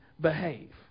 behave